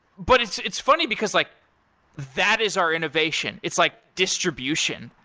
but it's it's funny, because like that is our innovation. it's like distribution.